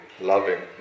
loving